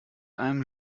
einem